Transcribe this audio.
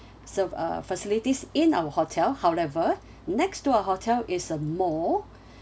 serve uh facilities in our hotel however next to our hotel is a mall